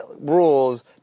rules